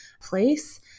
place